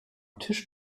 tisch